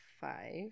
five